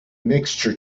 mixture